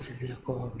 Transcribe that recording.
vehicle